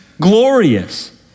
glorious